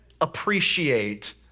appreciate